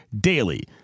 DAILY